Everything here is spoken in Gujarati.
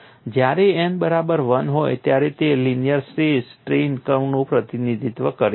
જ્યારે n બરાબર 1 હોય ત્યારે તે લિનિયર સ્ટ્રેસ સ્ટ્રેઇન કર્વનું પ્રતિનિધિત્વ કરે છે